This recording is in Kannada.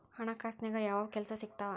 ಹಣಕಾಸಿನ್ಯಾಗ ಯಾವ್ಯಾವ್ ಕೆಲ್ಸ ಸಿಕ್ತಾವ